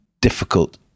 difficult